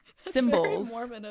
symbols